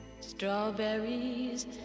Strawberries